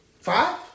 Five